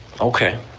Okay